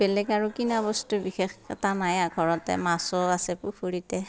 বেলেগ আৰু কিনা বস্তু বিশেষ এটা নাই ঘৰতে মাছো আছে পুুখুৰীতে